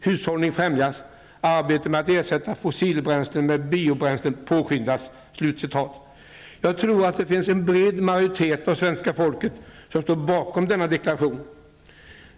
Hushållning främjas. Arbetet med att ersätta fossilbränslen med biobränslen påskyndas.'' Jag tror att det finns en bred majoritet av svenska folket som står bakom denna deklaration.